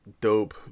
dope